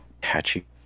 patchy